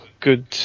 good